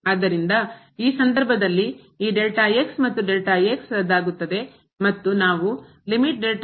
ಆದ್ದರಿಂದ ಈ ಸಂದರ್ಭದಲ್ಲಿ ಈ ಮತ್ತು ರದ್ದಾಗುತ್ತದೆ ಮತ್ತು ನಾವು ತೆಗೆದುಕೊಳ್ಳುತ್ತಿದ್ದೇವೆ